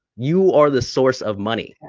you are the source of money,